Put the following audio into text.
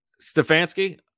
Stefanski